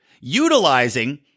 utilizing